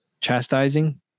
Chastising